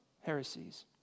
heresies